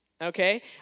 Okay